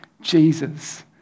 Jesus